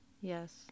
Yes